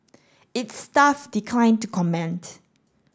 its staff declined to comment